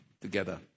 together